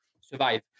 survive